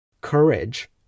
Courage